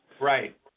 Right